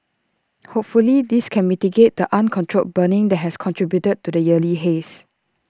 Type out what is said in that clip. hopefully this can mitigate the uncontrolled burning that has contributed to the yearly haze